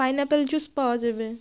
pineapple juice পাওয়া যাবে